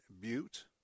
Butte